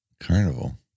Carnival